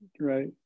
right